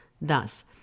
thus